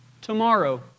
tomorrow